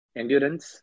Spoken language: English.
endurance